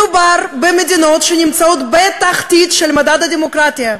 מדובר במדינות שנמצאות בתחתית של מדד הדמוקרטיה,